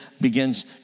begins